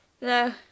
No